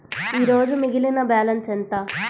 ఈరోజు మిగిలిన బ్యాలెన్స్ ఎంత?